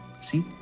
see